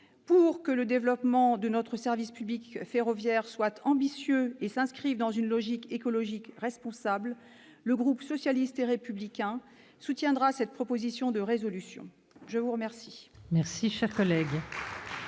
Pour que le développement de notre service public ferroviaire soit ambitieux et s'inscrive dans une logique écologique responsable, le groupe socialiste et républicain soutiendra cette proposition de résolution. La parole